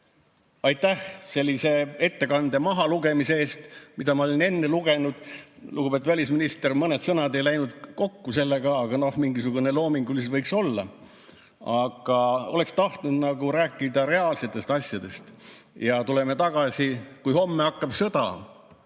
Aitäh selle ettekande mahalugemise eest, mida ma olin enne lugenud, lugupeetud välisminister. Vaid mõned sõnad ei läinud sellega kokku, mingisugune loomingulisus võiks ikka olla. Ja oleksin tahtnud rääkida reaalsetest asjadest. Tuleme tagasi: kui homme hakkab sõda,